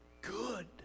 good